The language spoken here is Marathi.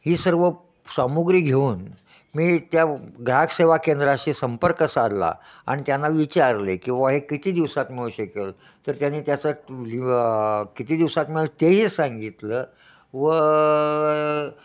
ही सर्व सामग्री घेऊन मी त्या ग्राहक सेवा केंद्राशी संपर्क साधला आणि त्यांना विचारले की व हे किती दिवसात मिळू शकेल तर त्याने त्यासाठी ल् किती दिवसात मिळेल तेही सांगितलं व